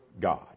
God